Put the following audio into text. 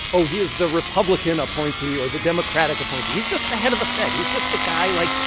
oh, he's the republican appointee or the democratic appointee. he's just the head of the fed. he's just the guy, like,